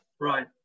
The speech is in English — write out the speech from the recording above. Right